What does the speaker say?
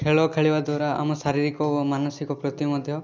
ଖେଳ ଖେଳିବା ଦ୍ଵାରା ଆମ ଶାରୀରିକ ଓ ମାନସିକ ପ୍ରତି ମଧ୍ୟ